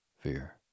fear